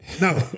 No